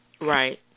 Right